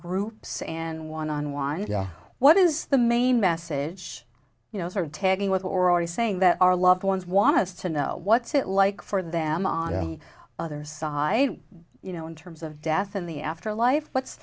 groups and one on one what is the main message you know tagging with already saying that our loved ones want us to know what's it like for them on the other side you know in terms of death in the afterlife what's